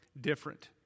different